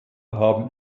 haben